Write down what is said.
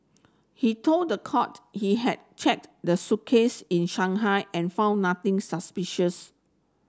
he told the court he had checked the suitcase in Shanghai and found nothing suspicious